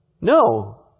No